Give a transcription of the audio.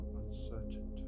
uncertain